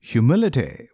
Humility